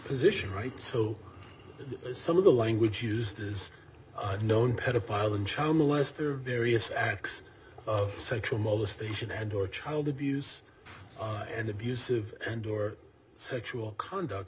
position right so some of the language used is known pedophile and child molester various acts of sexual molestation and or child abuse and abusive and or sexual conduct